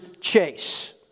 chase